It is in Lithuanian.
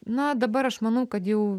na dabar aš manau kad jau